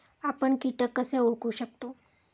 आपण कीटक कसे ओळखू शकतो?